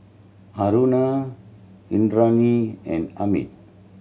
Aruna Indranee and Amit